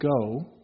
go